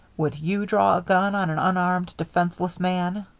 would you draw a gun on an unarmed, defenceless man?